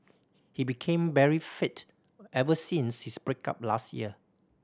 he became very fit ever since his break up last year